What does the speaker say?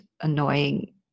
annoying